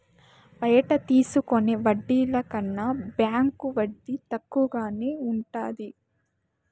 బయట తీసుకునే వడ్డీల కన్నా బ్యాంకు వడ్డీ తక్కువగానే ఉంటది